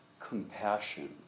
compassion